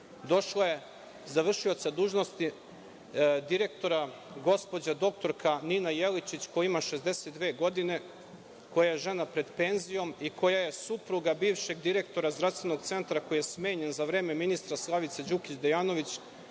došla v.d. direktora gospođa dr Nina Jeličić, koja ima 62 godine, koja je žena pred penzijom i koja je supruga bivšeg direktora Zdravstvenog centra, koji je smenjen za vreme ministra Slavice Đukić Dejanović,